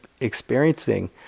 experiencing